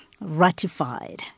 ratified